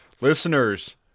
Listeners